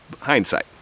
hindsight